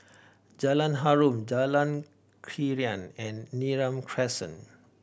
Jalan Harum Jalan Krian and Neram Crescent